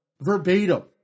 verbatim